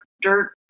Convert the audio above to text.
dirt